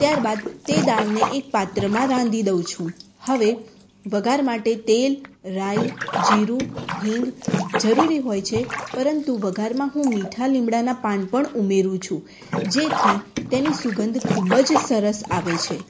ત્યારબાદ તે દાળને એક પાત્રમાં રાંધી દઉં છું હવે વઘાર માટે તેલ રાઈ જીરું હીંગ જરૂરી હોય છે પરંતુ વઘારમાં હું મીઠા લીંબડાના પાન પણ ઉમેરું છું જેથી તેની સુગંધ ખૂબ જ સરસ આવે છે